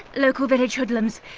local village hoodlums!